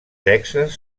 sexes